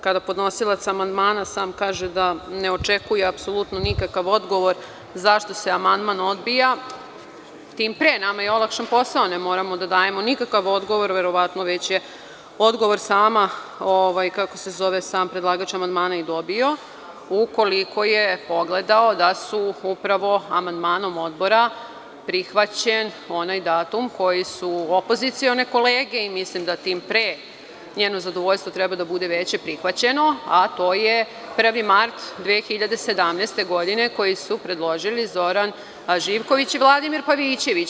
Kada podnosilac amandman sam kaže da ne očekuje apsolutno nikakav odgovor zašto se amandman odbija, tim pre, nama je olakšan posao, ne moramo da dajemo nikakav odgovor, verovatno, već je odgovor sam predlagač amandmana i dobio, u koliko je pogledao da su upravo amandmanom Odbora prihvaćen onaj datum koji su opozicione kolege, i mislim da tim pre, njeno zadovoljstvo treba da bude veće, prihvaćeno, a to je 1. mart 2017. godine, koji su predložili Zoran Živković i Vladimir Pavićević.